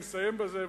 אני מסיים בזה,